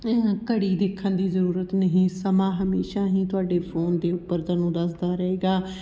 ਘੜੀ ਦੇਖਣ ਦੀ ਜ਼ਰੂਰਤ ਨਹੀਂ ਸਮਾਂ ਹਮੇਸ਼ਾਂ ਹੀ ਤੁਹਾਡੇ ਫੋਨ ਦੇ ਉੱਪਰ ਤੁਹਾਨੂੰ ਦੱਸਦਾ ਰਹੇਗਾ